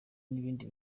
n’ibindi